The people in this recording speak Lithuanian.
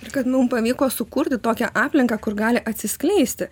ir kad mum pavyko sukurti tokią aplinką kur gali atsiskleisti